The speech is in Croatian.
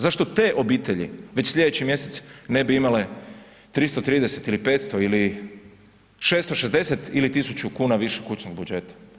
Zašto te obitelji već sljedeći mjesec ne bi imale 330 ili 500 ili 660 ili 1000 kuna više kućnog budžeta?